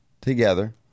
together